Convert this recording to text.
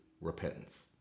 repentance